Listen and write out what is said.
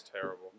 Terrible